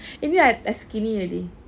maybe I I skinny already